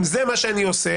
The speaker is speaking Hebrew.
אם זה מה שאני עושה,